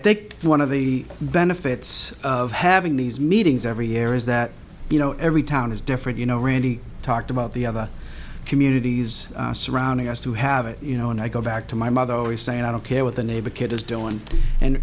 think one of the benefits of having these meetings every error is that you know every town is different you know randy talked about the other communities surrounding us who have it you know and i go back to my mother always saying i don't care what the neighbor kid is doing and